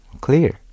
Clear